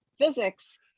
physics